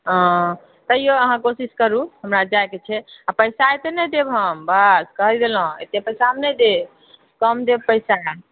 हँ तइयो अहाँ कोशिश करु हमरा जाएके छै आ पैसा एते नहि देब हम कहि देलहुॅं एते पैसा हम नहि देब कम देब पैसा